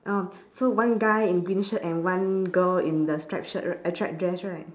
oh so one guy in green shirt and one girl in the stripe shirt rig~ uh stripe dress right